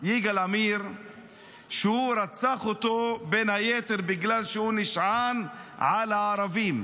יגאל עמיר שהוא רצח אותו בין היתר בגלל שהוא נשען על הערבים.